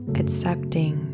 accepting